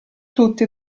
tutti